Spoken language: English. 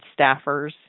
staffers